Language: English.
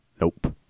Nope